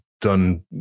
done